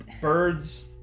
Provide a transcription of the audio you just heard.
birds